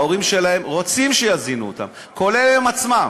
ההורים שלהם, רוצים שיזינו אותם, כולל הם עצמם.